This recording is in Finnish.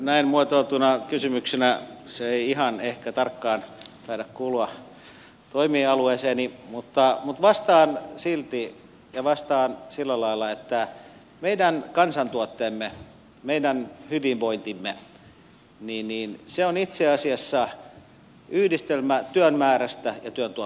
näin muotoiltuna kysymyksenä se ei ihan ehkä tarkkaan taida kuulua toimialueeseeni mutta vastaan silti ja vastaan sillä lailla että meidän kansantuotteemme meidän hyvinvointimme on itse asiassa yhdistelmä työn määrästä ja työn tuottavuudesta